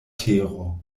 tero